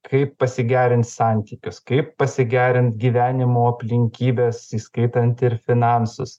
kaip pasigerint santykius kaip pasigerint gyvenimo aplinkybes įskaitant ir finansus